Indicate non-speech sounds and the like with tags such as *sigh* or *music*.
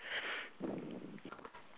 *noise*